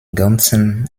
ganzen